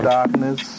darkness